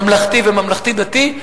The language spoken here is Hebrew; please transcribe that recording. ממלכתי וממלכתי-דתי,